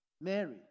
Mary